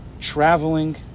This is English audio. Traveling